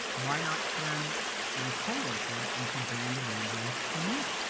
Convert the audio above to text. why not turn my coworkers into brand evangelists for me?